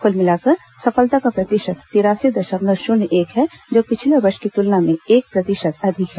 क्ल मिलाकर सफलता का प्रतिशत तिरासी दशमलव शुन्य एक है जो पिछले वर्ष की तुलना में एक प्रतिशत अधिक है